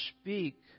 speak